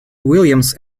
williams